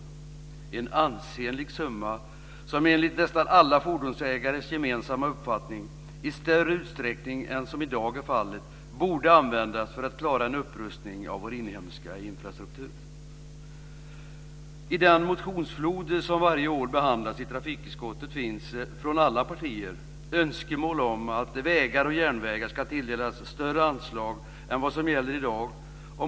Det är en ansenlig summa som enligt nästan alla fordonsägares gemensamma uppfattning borde användas för att klara en upprustning av vår inhemska infrastruktur i större utsträckning än vad som i dag är fallet. I den motionsflod som varje år behandlas i trafikutskottet finns önskemål från alla partier om att vägar och järnvägar ska tilldelas större anslag än vad som gäller i dag.